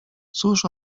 cóż